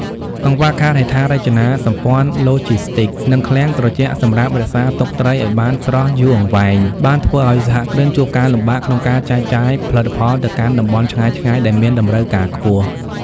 កង្វះខាតហេដ្ឋារចនាសម្ព័ន្ធឡូជីស្ទីក និងឃ្លាំងត្រជាក់សម្រាប់រក្សាទុកត្រីឱ្យបានស្រស់យូរអង្វែង បានធ្វើឱ្យសហគ្រិនជួបការលំបាកក្នុងការចែកចាយផលិតផលទៅកាន់តំបន់ឆ្ងាយៗដែលមានតម្រូវការខ្ពស់។